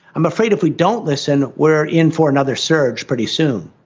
i'm afraid if we don't listen, we're in for another surge pretty soon,